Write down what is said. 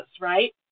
right